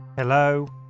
Hello